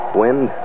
wind